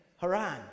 Haran